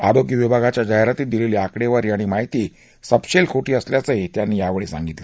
आरोग्यविभागाच्या जाहिरातीत दिलेली आकडेवारी आणि माहिती सपशेल खोटी असल्याचंही त्यांनी यावेळी सांगितलं